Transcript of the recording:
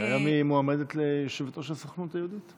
היום היא מועמדת ליושבת-ראש הסוכנות היהודית.